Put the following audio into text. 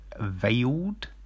Veiled